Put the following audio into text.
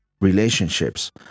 relationships